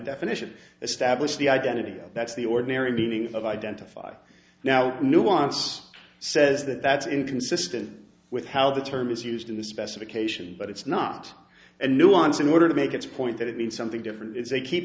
definition establish the identity that's the ordinary meaning of identify now nuance says that that's inconsistent with how the term is used in the specification but it's not a nuance in order to make its point that it means something different if they keep